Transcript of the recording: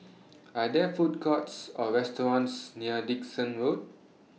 Are There Food Courts Or restaurants near Dickson Road